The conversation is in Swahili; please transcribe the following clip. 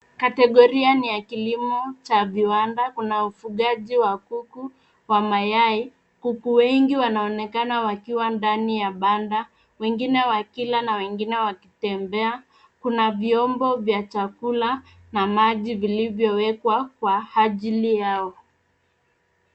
Kategoria ni ya kilimo cha viwanda. Kuna ufugaji wa kuku wa mayai. Kuku wengi wanaonekana wakiwa ndani ya banda, wengine wakila na wengine wakitembea. Kuna vyombo vya chakula na maji, vilivyowekwa kwa ajili yao.